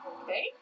Okay